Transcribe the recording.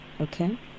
okay